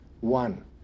one